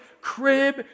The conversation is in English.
crib